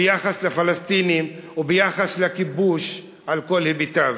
ביחס לפלסטינים וביחס לכיבוש על כל היבטיו.